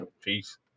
Peace